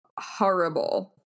horrible